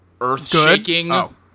earth-shaking